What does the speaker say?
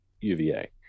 UVA